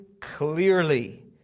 clearly